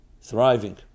Thriving